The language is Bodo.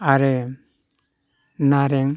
आरो नारें